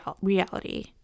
reality